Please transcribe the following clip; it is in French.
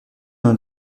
dans